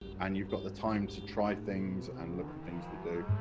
and you've got the time to try things, and look for things to do,